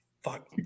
fuck